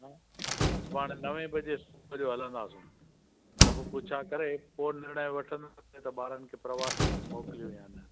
सुभाणे नवें बजे सुबुह जो हलंदासीं त उहो पुछा करे पो निर्णय वठंदासीं की ॿारनि खे प्रवास मोकिलियूं या न